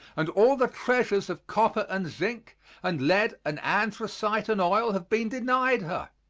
and all the treasures of copper and zinc and lead and anthracite and oil have been denied her.